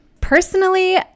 Personally